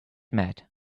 mad